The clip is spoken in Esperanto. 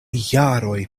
jaroj